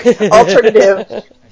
alternative